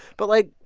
but, like,